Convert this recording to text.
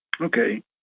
Okay